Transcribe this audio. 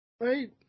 Right